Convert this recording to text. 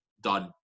done